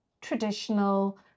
traditional